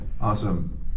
Awesome